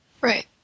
Right